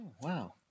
wow